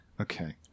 Okay